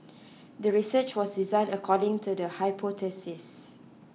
the research was designed according to the hypothesis